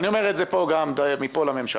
ואני אומר את זה גם מכאן לממשלה,